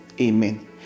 amen